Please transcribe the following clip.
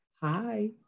Hi